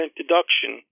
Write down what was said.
deduction